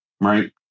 right